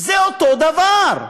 זה אותו דבר.